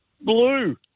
blue